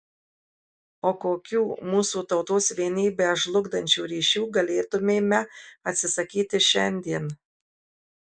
o kokių mūsų tautos vienybę žlugdančių ryšių galėtumėme atsisakyti šiandien